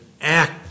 act